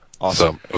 Awesome